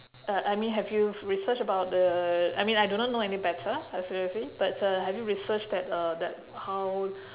uh I mean have you researched about the I mean I do not know any better like seriously but uh have you researched that uh that how